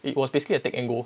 it was basically a take and go